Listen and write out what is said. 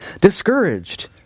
discouraged